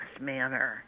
manner